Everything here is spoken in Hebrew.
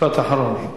משפט אחרון.